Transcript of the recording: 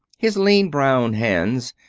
his lean, brown hands,